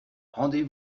rendez